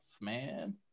man